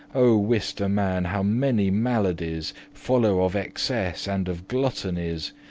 oh! wist a man how many maladies follow of excess and of gluttonies,